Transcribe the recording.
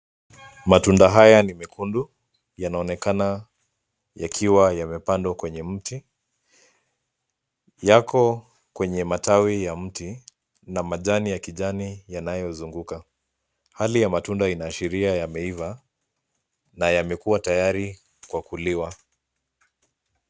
Matunda haya ni mekundu. Yanaonekana yakiwa yamepandwa kwenye mti. Yako kwenye matawi ya mti na majani ya kijani yanayozunguka. Hali ya matunda inaashiria yameiva na yamekuwa tayari kwa kuliwa.